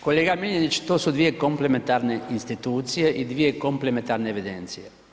Kolega Miljenić, to su svije komplementarne institucije i dvije komplementarne evidencije.